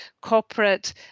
corporate